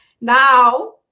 now